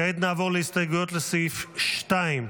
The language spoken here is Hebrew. כעת נעבור להסתייגויות לסעיף 2,